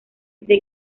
antes